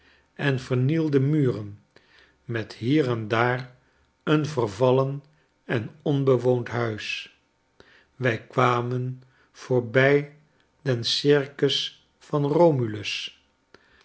en vernielde muren met hier en daar een vervallen en onbewoond huis wij kwamen voorbij den circus van romulus